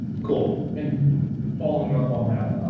cool. and following up on that,